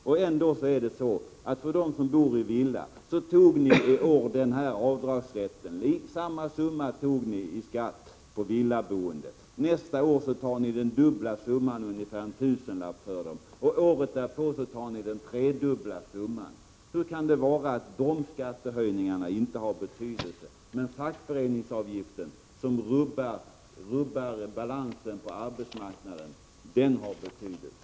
Och ändå är det så att för dem som bor i villa tog ni i år avdragsrätten; samma summa tog ni i skatt på villaboendet. Nästa år tar ni den dubbla summan, ungefär en tusenlapp för dem, och året därpå tar ni den tredubbla summan. Hur kan det komma sig att de skattehöjningarna inte har betydelse, men fackföreningsavgiften, som rubbar balansen på arbetsmarknaden, den har betydelse?